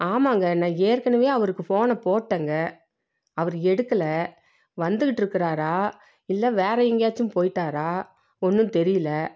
ஆமாங்க நான் ஏற்கனவே அவருக்கு ஃபோனை போட்டேங்க அவர் எடுக்கலை வந்துக்கிட்டு இருக்கிறாரா இல்லை வேறே எங்கேயாச்சும் போயிட்டாரா ஒன்றும் தெரியல